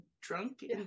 drunk